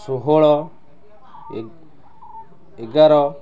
ଷୋହଳ ଏଗାର